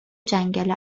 جنگل